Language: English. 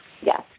Yes